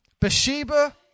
Bathsheba